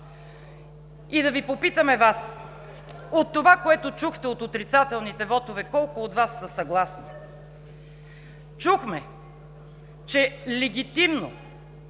и да попитаме Вас: с това, което чухте от отрицателните вотове, колко от Вас са съгласни? Чухме, че легитимно